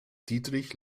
dietrich